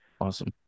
Awesome